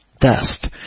Dust